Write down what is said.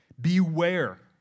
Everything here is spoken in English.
Beware